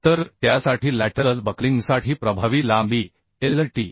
तर त्यासाठी बाजूकडील बक्लिंगसाठी प्रभावी लांबी LLt